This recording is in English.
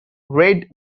red